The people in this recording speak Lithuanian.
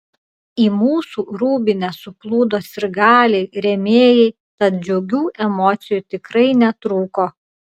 į mūsų rūbinę suplūdo sirgaliai rėmėjai tad džiugių emocijų tikrai netrūko